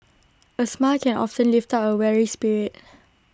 A smile can often lift up A weary spirit